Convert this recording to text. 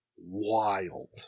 wild